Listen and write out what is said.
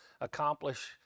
accomplish